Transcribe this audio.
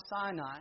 Sinai